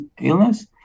illness